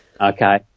Okay